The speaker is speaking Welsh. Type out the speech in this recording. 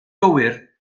gywir